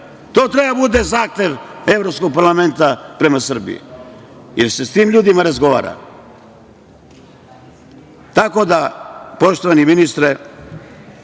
To treba da zahtev evropskog parlamenta prema Srbiji, jer se s tim ljudima razgovara. Tako da, poštovani ministre,